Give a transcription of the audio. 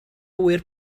ŵyr